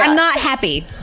um not happy.